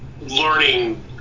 learning